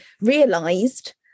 realised